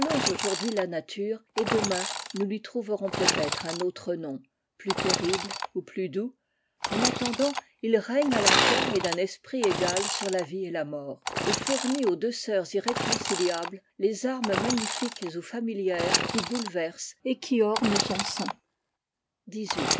aujourd'hui la nature et demain nous lui trouverons peut-être un antre nom plus terrible ou plus doux en attendant il règne à la fois et d un esprit égal sur la vie et la mort et fournit aux deux sœurs irréconciliables les armes magnifiques ou familières qui bouleversent et qui ornent son sein